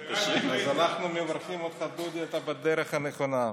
אז אנחנו מברכים אותך, דודי, אתה בדרך הנכונה.